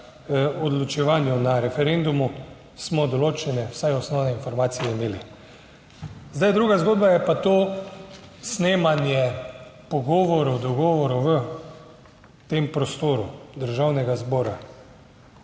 na referendumu, smo določene vsaj osnovne informacije imeli. Zdaj druga zgodba je pa to snemanje pogovorov, dogovorov v tem prostoru Državnega zbora.